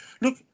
look